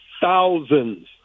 thousands